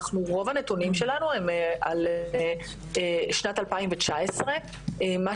רוב הנתונים שלנו הם על שנת 2019. מה